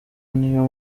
niyo